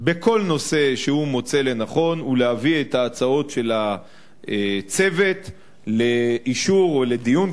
בכל נושא שהוא מוצא לנכון ולהביא את ההצעות של הצוות לאישור או לדיון,